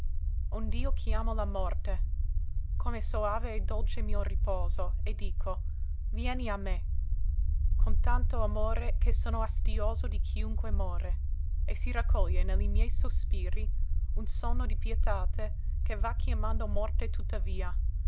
forte ond'io chiamo la morte come soave e dolce mio riposo e dico vieni a me con tanto amore che sono astioso di chiunque more e si raccoglie ne li miei sospiri un sòno di pietate che va chiamando morte tuttavia